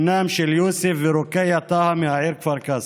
בנם של יוסף ורוקייה טאהא מהעיר כפר קאסם.